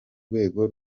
rwego